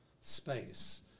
space